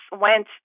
went